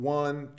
one